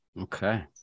Okay